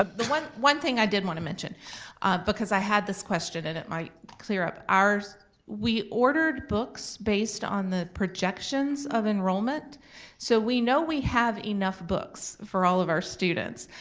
ah but one one thing i did want to mention because i had this question and it might clear up, so we ordered books based on the projections of enrollment so we know we have enough books for all of our students.